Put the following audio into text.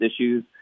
issues